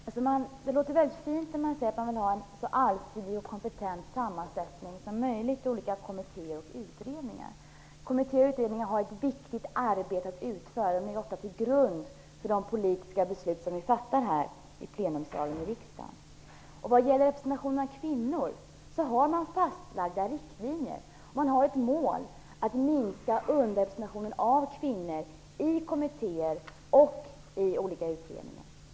Herr talman! Det låter väldigt fint att säga att man vill ha en så allsidig och kompetent sammansättning som möjligt av olika kommittéer och utredningar. De har ju ett viktig arbete att utföra som ofta ligger till grund för de politiska beslut vi fattar här i riksdagens plenisal. Vad gäller representationen av kvinnor har man fastlagda riktlinjer. Man har som mål att minska underrepresentationen av kvinnor i kommittéer och olika utredningar.